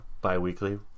bi-weekly